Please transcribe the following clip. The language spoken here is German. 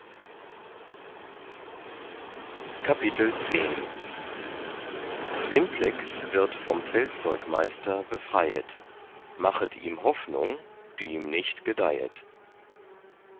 simplex wird vom feldzeugmeister befreiet machet ihm hoffnung die ihm nicht gedeiet